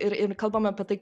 ir ir kalbame apie tai